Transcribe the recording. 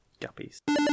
Guppies